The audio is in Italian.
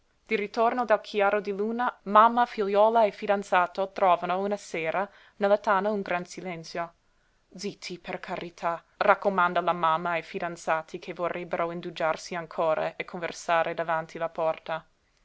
di ritorno dal chiaro di luna mamma figliuola e fidanzato trovano una sera nella tana un gran silenzio zitti per carità raccomanda la mamma ai fidanzati che vorrebbero indugiarsi ancora a conversare davanti la porta